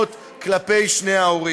שונאיו.